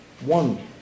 One